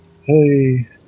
hey